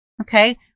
Okay